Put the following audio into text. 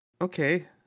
Okay